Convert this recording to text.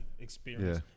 experience